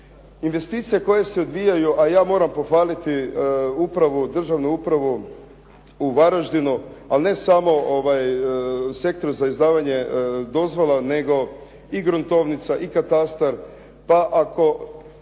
Investicije koje se odvijaju a ja moram pohvaliti državnu upravu u Varaždinu a ne samo sektor za izdavanje dozvole nego i gruntovnica i katastar, pa ako